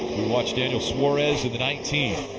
watch daniel suarez in the nineteen.